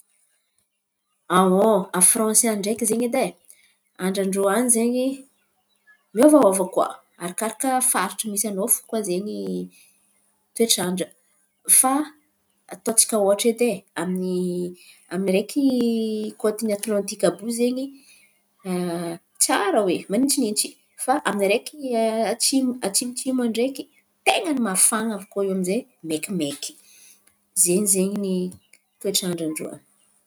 A Fransy an̈y ndraiky zezn̈y edy e, andran-drô an̈y zen̈y miovaova koa. Arakaraka faritry misy an̈ao fo koa zen̈y toetrandra. Fa ataotsika ohatra edy e, ami- amin'araiky kôten'ny Atlantika àby iô zen̈y tsara oe, manintsinintsy. Fa amin'ny araiky atsimo atsimotsimo ao ndraiky ten̈a ny mafana, abak'iô aminjay maikimaiky. Ze zen̈y toetrandran-drô an̈y.